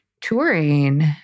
touring